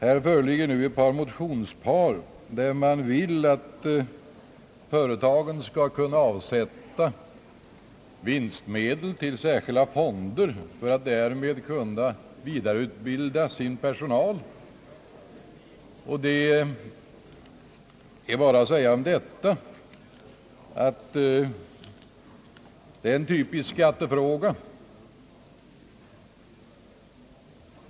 Här föreligger nu två motionspar där man vill att företagen skall kunna avsätta vinstmedel till särskilda fonder för att därmed kunna vidareutbilda sin personal. Detta är en typisk skattefråga.